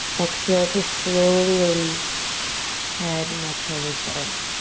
exhale to slowly release head, neck, shoulders to earth.